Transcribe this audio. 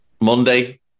Monday